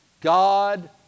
God